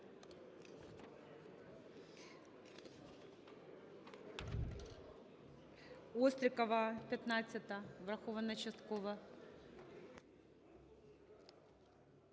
Острікова, 15-а. Врахована частково.